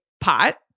pot